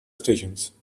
stations